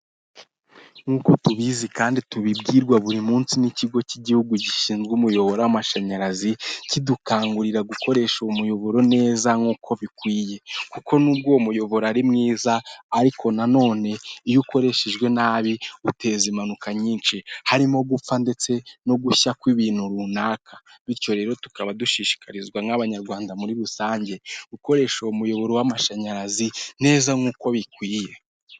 Nkuko tubizi kandi tubibwirwa buri munsi n'ikigo cy'igihugu gishinzwe umuyoboro w'amashanyarazi kidukangurira gukoresha umuyoboro neza nkuko bikwiye kuko nubwo uwo muyoboro ari mwiza ariko nanone iyo ukoreshejwe nabi uteza impanuka nyinshi harimo gupfa ndetse no gushya kw'ibintu runaka bityo rero tukaba dushishikarizwa nk'abanyarwanda muri rusange gukoresha uwo muyoboro w'amashanyarazi neza nkuko bikwiye.